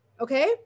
Okay